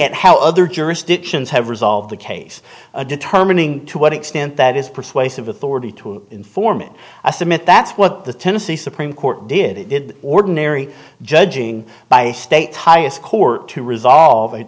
at how other jurisdictions have resolved the case determining to what extent that is persuasive authority to inform it i submit that's what the tennessee supreme court did ordinary judging by state's highest court to resolve it